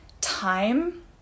time